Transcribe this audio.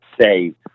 say